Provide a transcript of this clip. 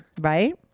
Right